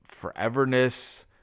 foreverness